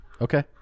Okay